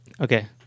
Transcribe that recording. Okay